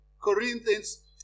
Corinthians